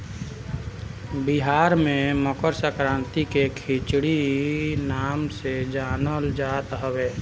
बिहार में मकरसंक्रांति के खिचड़ी नाम से जानल जात हवे